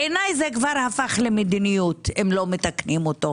בעיניי זה הפך למדיניות אם לא מתקנים אותו.